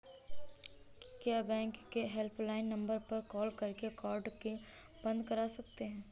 क्या बैंक के helpline number पर कॉल करके कार्ड को बंद करा सकते हैं?